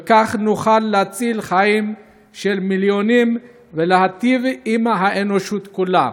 וכך נוכל להציל חיים של מיליונים ולהיטיב עם האנושות כולה.